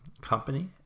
company